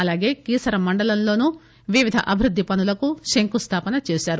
అలాగే కీసర మండలంలోనూ వివిధ అభివృద్ది పనులకు శంఖుస్థాపన చేశారు